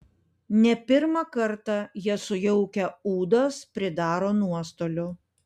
ne pirmą kartą jie sujaukia ūdas pridaro nuostolių